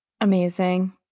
amazing